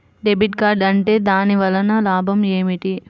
Debit card ఉంటే దాని వలన లాభం ఏమిటీ?